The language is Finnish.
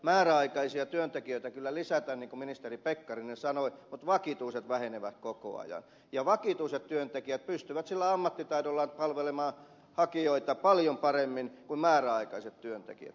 määräaikaisia työntekijöitä kyllä lisätään niin kuin ministeri pekkarinen sanoi mutta vakituiset vähenevät koko ajan ja vakituiset työntekijät pystyvät sillä ammattitaidollaan palvelemaan hakijoita paljon paremmin kuin määräaikaiset työntekijät